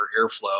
airflow